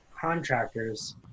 contractors